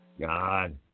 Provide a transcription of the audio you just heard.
God